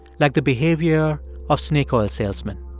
like the behavior of snake oil salesmen.